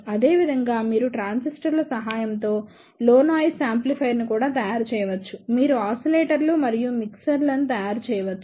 అదేవిధంగా మీరు ట్రాన్సిస్టర్ల సహాయంతో లో నాయిస్ యాంప్లిఫైయర్ను కూడా తయారు చేయవచ్చు మీరు ఆసిలేటర్లు మరియు మిక్సర్లను తయారు చేయవచ్చు